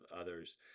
others